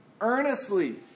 earnestly